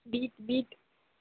bit bit